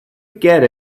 get